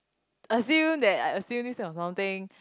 assume that I assume this or something